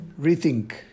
Rethink